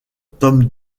tom